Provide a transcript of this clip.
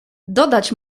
dodać